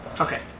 Okay